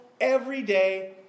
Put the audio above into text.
everyday